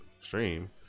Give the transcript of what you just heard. stream